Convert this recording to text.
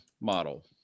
model